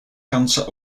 cancer